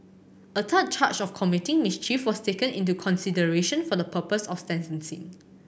a third charge of committing mischief was taken into consideration for the purpose of